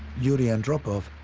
yuri andropov,